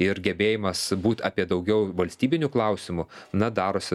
ir gebėjimas būt apie daugiau valstybinių klausimų na darosi